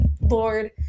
Lord